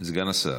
סגן השר.